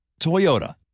Toyota